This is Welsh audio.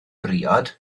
briod